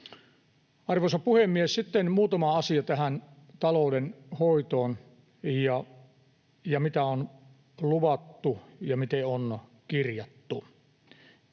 Arvoisa puhemies! Sitten muutama asia tähän talouden hoitoon, mitä on luvattu ja miten on kirjattu: